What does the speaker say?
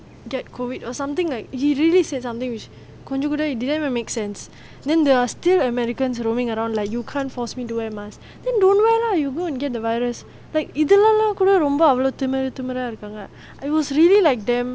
get COVID or something like he really say something which கொஞ்சம் கூட:konjam kooda didn't even make sense then there are still like americans roaming around like you can't force me to wear mask then don't wear lah you go and get the virus like இதுலலாம் கூட திமிரு திமிர இருகாங்க:ithulalaam kuda thimiru thimira irukanga it was really like damn